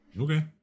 Okay